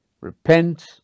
repent